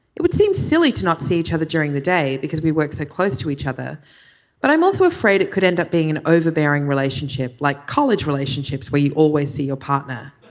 it would seem silly to not see each other during the day because we work so close to each other but i'm also afraid it could end up being an overbearing relationship. like college relationships where you always see your partner.